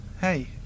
Hey